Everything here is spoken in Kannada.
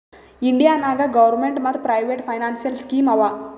ಇಂಡಿಯಾ ನಾಗ್ ಗೌರ್ಮೇಂಟ್ ಮತ್ ಪ್ರೈವೇಟ್ ಫೈನಾನ್ಸಿಯಲ್ ಸ್ಕೀಮ್ ಆವಾ